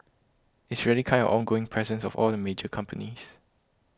it's really kind of ongoing presence of all the major companies